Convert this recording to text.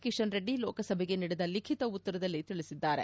ಕಿಶನ್ ರೆಡ್ಡಿ ಲೋಕಸಭೆಗೆ ನೀಡಿದ ಲಿಖಿತ ಉತ್ತರದಲ್ಲಿ ತಿಳಿಸಿದ್ದಾರೆ